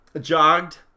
jogged